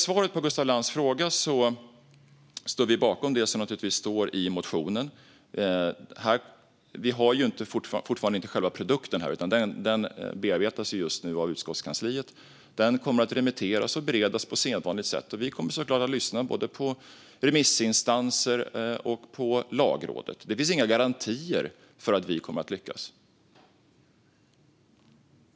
Svaret på Gustaf Lantz fråga är att vi givetvis står bakom det som står i motionen. Vi har fortfarande inte själva produkten, utan den bearbetas just nu av utskottskansliet och kommer att remitteras och beredas på sedvanligt sätt. Vi kommer givetvis att lyssna på både remissinstanserna och Lagrådet. Det finns inga garantier för att vi kommer att lyckas.